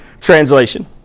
Translation